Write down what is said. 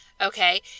Okay